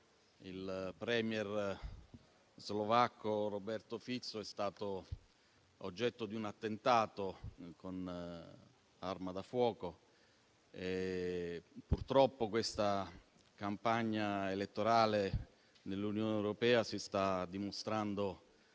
il *premier* slovacco Robert Fico è stato oggetto di un attentato con arma da fuoco. Purtroppo, la campagna elettorale nell'Unione europea si sta dimostrando